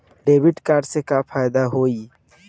Debit card से का फायदा होई?